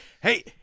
Hey